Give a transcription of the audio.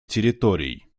территорий